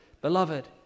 Beloved